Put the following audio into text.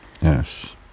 Yes